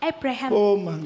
Abraham